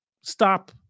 stop